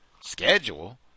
Schedule